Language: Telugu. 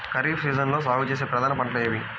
ఖరీఫ్ సీజన్లో సాగుచేసే ప్రధాన పంటలు ఏమిటీ?